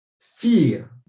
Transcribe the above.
fear